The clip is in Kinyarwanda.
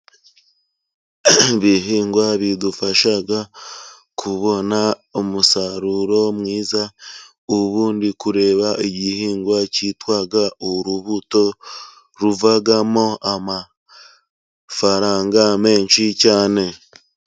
Ibihingwa bidufasha kubona umusaruro mwiza. Ubu ndi kureba igihingwa kitwa urubuto. Ruvamo amafaranga menshi cyane.